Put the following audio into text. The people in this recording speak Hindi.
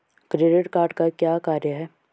क्रेडिट कार्ड का क्या कार्य है?